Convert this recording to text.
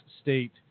state